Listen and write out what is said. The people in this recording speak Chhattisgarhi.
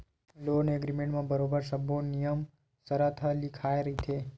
लोन एग्रीमेंट म बरोबर सब्बो नियम सरत ह लिखाए रहिथे